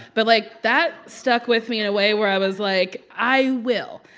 but like, that stuck with me in a way where i was like, i will.